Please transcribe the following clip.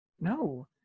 No